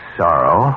sorrow